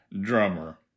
drummer